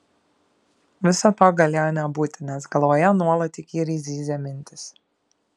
viso to galėjo nebūti nes galvoje nuolat įkyriai zyzė mintys